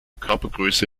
körpergröße